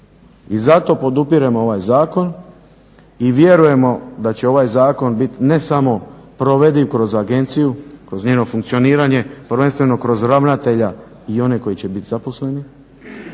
I zato podupiremo ovaj zakon i vjerujemo da će ovaj zakon biti ne samo provediv kroz agenciju, kroz njeno funkcioniranje prvenstveno kroz ravnatelja i one koji će biti zaposleni